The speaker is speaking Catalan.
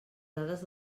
dades